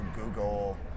Google